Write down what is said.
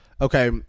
Okay